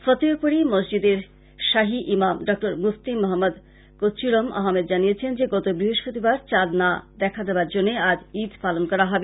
ফতেহপুরী মসজিদের শ্বাহী ইমাস ডক্টর মুফতি মোহম্মদ কুক্করম আহমেদ জানিয়েছেন যে গত বৃহস্পতিবার চাঁদ না দেখার জন্য আজ ঈদ পালন করা হবে